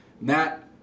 Matt